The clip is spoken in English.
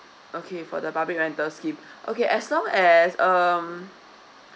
okay for the public rental scheme okay as long as um